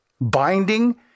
binding